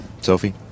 Sophie